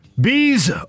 Bees